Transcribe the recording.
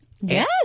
Yes